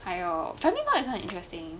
还有 family law 也是很 interesting